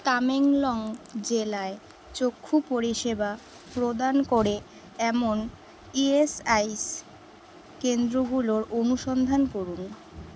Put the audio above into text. তামেংলং জেলায় চক্ষু পরিষেবা প্রদান করে এমন ইএসআইসি কেন্দ্রগুলোর অনুসন্ধান করুন